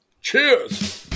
Cheers